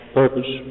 purpose